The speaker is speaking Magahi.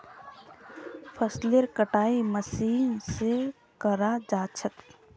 फसलेर कटाई मशीन स कराल जा छेक